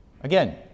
Again